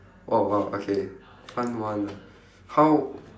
oh !wow! okay fun one ah how